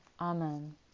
Amen